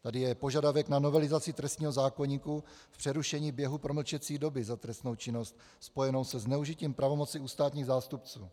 Tady je požadavek na novelizaci trestního zákoníku v přerušení běhu promlčecí doby za trestnou činnost spojenou se zneužitím pravomoci u státních zástupců.